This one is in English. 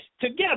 together